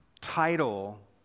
title